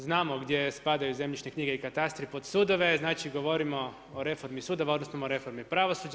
Znamo gdje spadaju zemljišne knjige i katastri pod sudove, znači govorimo o reformi sudova, odnosno o reformi pravosuđa.